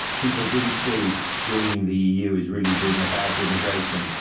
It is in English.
people didn't see joining the eu as really being about immigration,